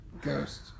Ghost